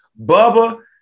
Bubba